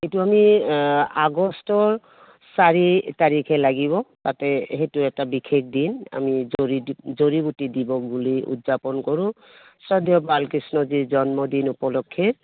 এইটো আমি আগষ্টৰ চাৰি তাৰিখে লাগিব তাতে সেইটো এটা বিশেষ দিন আমি জৰি জৰিবুটি দিব বুলি উদযাপন কৰোঁ শ্ৰদ্ধেয় বালকৃষ্ণজীৰ জন্মদিন উপলক্ষে